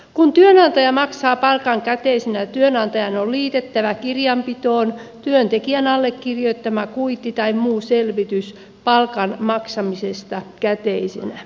kun työnantaja maksaa palkan käteisenä työnantajan on liitettävä kirjanpitoon työntekijän allekirjoittama kuitti tai muu selvitys palkan maksamisesta käteisenä